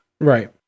Right